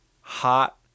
hot